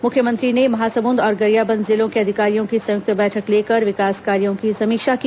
मुख्यमंत्री ने महासमुद और गरियाबंद जिलों के अधिकारियों की संयुक्त बैठक लेकर विकास कार्यों की समीक्षा की